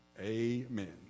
Amen